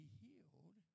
healed